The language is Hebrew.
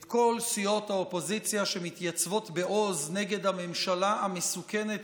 את כל סיעות האופוזיציה שמתייצבות בעוז נגד הממשלה המסוכנת